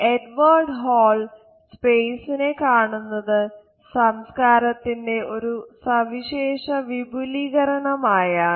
എഡ്വേഡ് Hall സ്പേസിനെ കാണുന്നത് സംസ്കാരത്തിന്റെ ഒരു സവിശേഷ വിപുലീകരണമായാണ്